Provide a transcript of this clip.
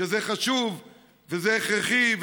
שזה חשוב וזה הכרחי,